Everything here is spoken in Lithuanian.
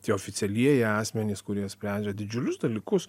tie oficialieji asmenys kurie sprendžia didžiulius dalykus